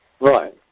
Right